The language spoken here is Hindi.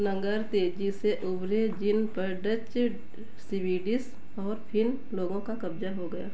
नगर तेज़ी से उभरे जिन पर डच स्वीडिश और फिन लोगों का कब्ज़ा हो गया